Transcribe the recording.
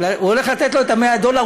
הוא הולך לתת לו את 100 הדולר,